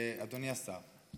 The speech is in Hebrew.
אדוני השר,